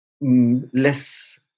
less